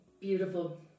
Beautiful